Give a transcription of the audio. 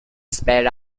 sped